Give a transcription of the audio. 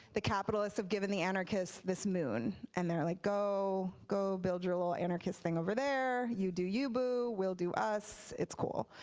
the capitalists have given the anarchists this moon. and like go go build your little anarchist thing over there, you do you boo, we'll do us. it's cool.